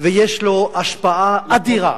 ויש לו השפעה אדירה,